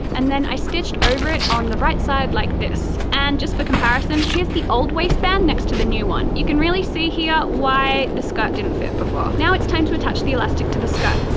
and then i stitched over it on the right-side like this. and just for comparison, here's the old waistband next to the new one you can really see here why the skirt didn't fit before! now, it's time to attach the elastic to the skirt,